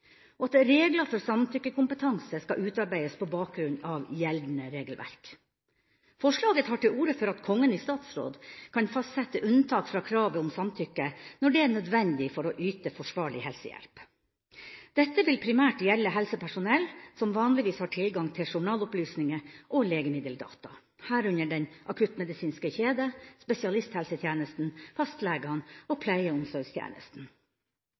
og at regler for samtykkekompetanse skal utarbeides på bakgrunn av gjeldende regelverk. Forslaget tar til orde for at Kongen i statsråd kan fastsette unntak fra kravet om samtykke når det er nødvendig for å yte forsvarlig helsehjelp. Dette vil primært gjelde helsepersonell, som vanligvis har tilgang til journalopplysninger og legemiddeldata, herunder den akuttmedisinske kjede, spesialisthelsetjenesten, fastlegene og pleie- og omsorgstjenesten.